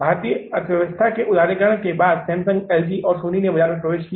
भारतीय अर्थव्यवस्था के उदारीकरण के बाद सैमसंग एलजी और सोनी ने बाजार में प्रवेश किया